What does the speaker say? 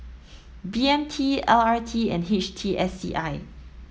B M T L R T and H T S C I